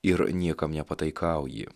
ir niekam nepataikauji